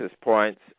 points